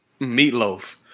Meatloaf